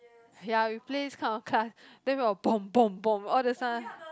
ya we play this kind of class then we will bomb bomb bomb all the sud~